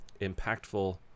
impactful